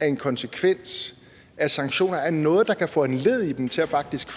af en konsekvens, af sanktioner, af noget, der kan foranledige dem til faktisk